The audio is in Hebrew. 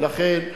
ולכן,